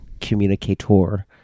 communicator